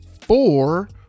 four